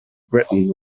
breton